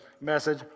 message